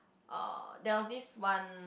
uh there was this one